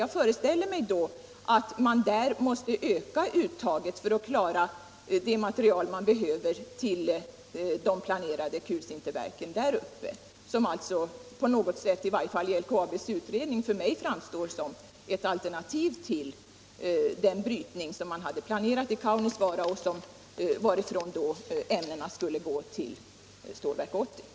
Jag föreställer mig att man då måste öka uttaget där för att klara materialet 15 till de planerade kulsinterverken. Dessa framstår i LKAB:s utredning i varje fall för mig som ett alternativ till den brytning som man hade planerat i Kaunisvaara och varifrån malmen skulle gå till Stålverk 80.